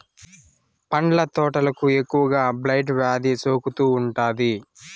పండ్ల తోటలకు ఎక్కువగా బ్లైట్ వ్యాధి సోకుతూ ఉంటాది